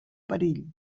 perill